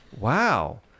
Wow